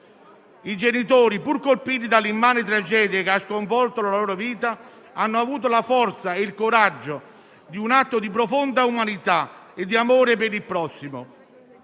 I genitori, pur colpiti dall'immane tragedia che ha sconvolto la loro vita, hanno avuto la forza e il coraggio di compiere un atto di profonda umanità e di amore per il prossimo: